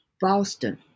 Boston